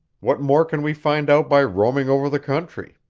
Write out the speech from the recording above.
what more can we find out by roaming over the country?